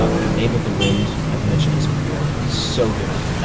ah the name of the wind, i've mentioned this before so good.